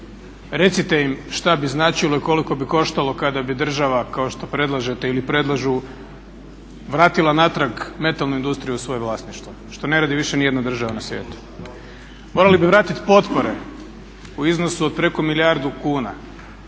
Recite im šta bi značilo i koliko bi koštalo kada bi država kao što predlažete ili predlažu vratila natrag metalnu industriju u svoje vlasništvo što ne radi više nijedna država na svijetu. Morali bi vratit potpore u iznosu od preko milijardu kuna.